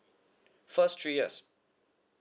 first three years